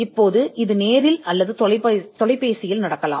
இப்போது இது நேரில் அல்லது தொலைபேசியில் இருக்கலாம்